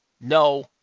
no